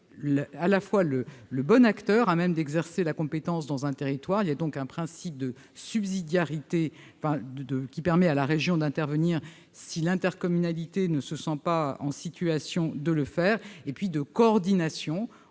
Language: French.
de trouver le bon acteur à même d'exercer la compétence dans un territoire, selon un principe de subsidiarité, qui permet à la région d'intervenir si l'intercommunalité ne se sent pas en situation de le faire, et de coordination